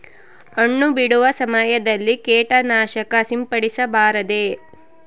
ಹಣ್ಣು ಬಿಡುವ ಸಮಯದಲ್ಲಿ ಕೇಟನಾಶಕ ಸಿಂಪಡಿಸಬಾರದೆ?